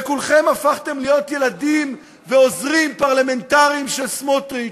וכולכם הפכתם להיות ילדים ועוזרים פרלמנטריים של סמוטריץ,